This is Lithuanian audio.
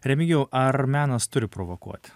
remigijau ar menas turi provokuoti